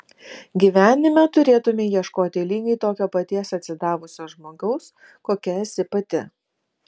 gyvenime turėtumei ieškoti lygiai tokio paties atsidavusio žmogaus kokia esi pati